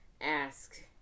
ask